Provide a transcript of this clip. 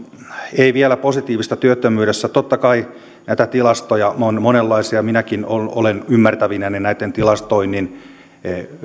ei vielä positiivista työttömyydessä totta kai näitä tilastoja on monenlaisia minäkin olen ymmärtävinäni tämän tilastoinnin sisältöä